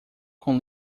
com